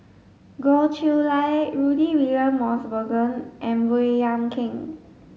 Goh Chiew Lye Rudy William Mosbergen and Baey Yam Keng